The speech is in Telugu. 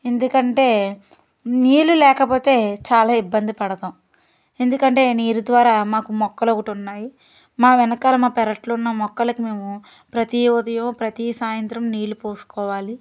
ఎందుకంటే నీళ్ళు లేకపోతే చాలా ఇబ్బంది పడతాం ఎందుకంటే నీరు ద్వారా మాకు మొక్కలు ఒకటి ఉన్నాయి మా వెనకాల మా పెరట్లో ఉన్న మొక్కలకి మేము ప్రతి ఉదయం ప్రతి సాయంత్రం నీళ్ళు పోసుకోవాలి